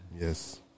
yes